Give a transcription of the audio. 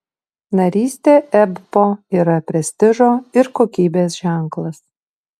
narystė ebpo yra prestižo ir kokybės ženklas